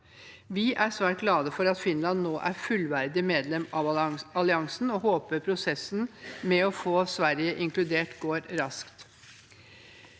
Vi er svært glade for at Finland nå er fullverdig medlem av alliansen, og håper prosessen med å få Sverige inkludert går raskt.